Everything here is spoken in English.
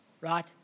right